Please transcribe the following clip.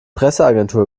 presseagentur